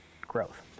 growth